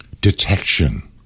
detection